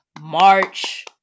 March